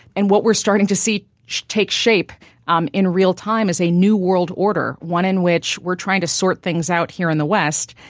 and what we're starting to see take shape um in real time is a new world order, one in which we're trying to sort things out here in the west.